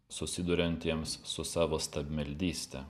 susiduriantiems su savo stabmeldyste